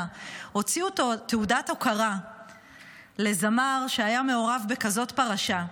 הוציאו תעודת הוקרה לזמר שהיה מעורב בכזאת פרשה,